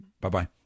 Bye-bye